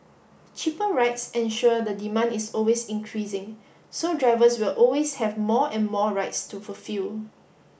cheaper rides ensure the demand is always increasing so drivers will always have more and more rides to fulfil